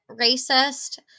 racist